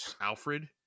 Alfred